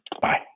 bye